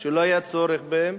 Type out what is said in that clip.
שלא היה צורך בהן,